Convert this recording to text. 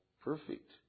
perfect